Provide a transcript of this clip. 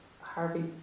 Harvey